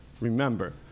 remember